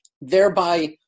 thereby